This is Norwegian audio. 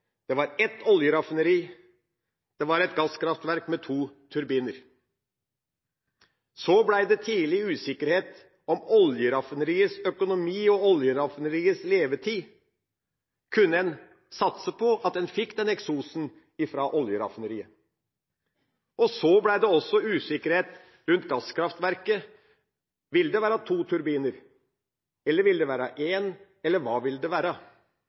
Det var et oljeraffineri, det var et gasskraftverk med to turbiner. Så ble det tidlig usikkerhet om oljeraffineriets økonomi og oljeraffineriets levetid. Kunne en satse på at en fikk den eksosen fra oljeraffineriet? Og så ble det også usikkerhet rundt gasskraftverket – vil det være to turbiner, eller vil det være én, eller hva vil det være?